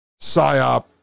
psyop